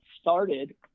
started